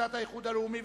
האיחוד הלאומי,